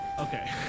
Okay